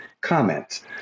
comments